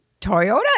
Toyota